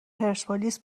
پرسپولیس